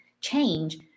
change